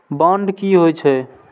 Bond की होई छै?